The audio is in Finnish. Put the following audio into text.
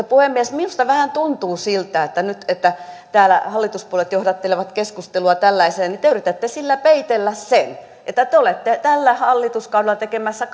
puhemies minusta vähän tuntuu siltä että nyt kun täällä hallituspuolueet johdattelevat keskustelua tällaiseen niin te yritätte sillä peitellä sen että te olette tällä hallituskaudella tekemässä